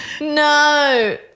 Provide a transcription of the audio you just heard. No